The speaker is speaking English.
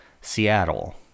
Seattle